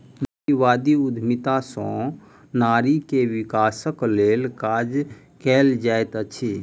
नारीवादी उद्यमिता सॅ नारी के विकासक लेल काज कएल जाइत अछि